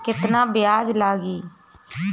केतना ब्याज लागी?